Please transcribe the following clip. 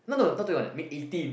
no no not twenty one I mean eighteen